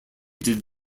did